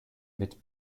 mit